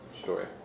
story